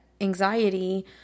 anxiety